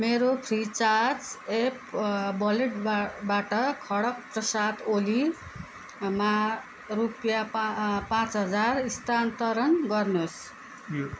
मेरो Freecharge app वोलेटबाट खढ्ग प्रसाद ओलीमा रुपिया पाँ पाँच हजार स्थानान्तरण गर्नुहोस्